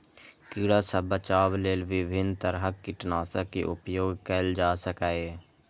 कीड़ा सं बचाव लेल विभिन्न तरहक कीटनाशक के उपयोग कैल जा सकैए